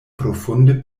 profunde